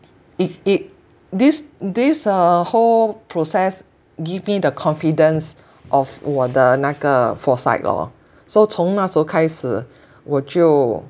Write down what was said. it it this this err whole process give me the confidence of 我的那个 foresight lor so 从那时候开始我就